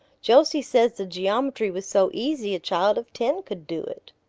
josie says the geometry was so easy a child of ten could do it!